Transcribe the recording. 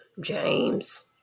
James